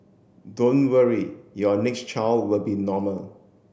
don't worry your next child will be normal